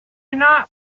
not